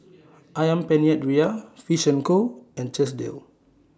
Ayam Penyet Ria Fish and Co and Chesdale